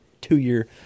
two-year